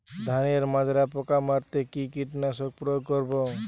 ধানের মাজরা পোকা মারতে কি কীটনাশক প্রয়োগ করব?